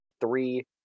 three